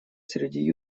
среди